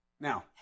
Now